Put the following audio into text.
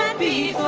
be